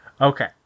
Okay